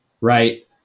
right